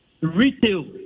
retail